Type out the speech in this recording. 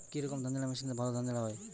কি রকম ধানঝাড়া মেশিনে ভালো ধান ঝাড়া হয়?